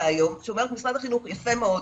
היום שאומרת למשרד החינוך 'יפה מאוד,